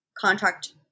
contract